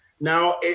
Now